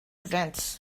events